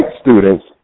students